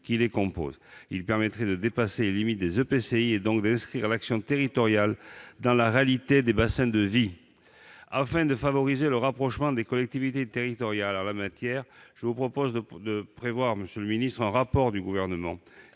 qui les composent. Ils permettraient de dépasser les limites des EPCI, donc d'inscrire l'action territoriale dans la réalité des bassins de vie. Afin de favoriser le rapprochement des collectivités territoriales en la matière, je demande un rapport au Gouvernement